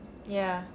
ya